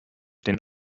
den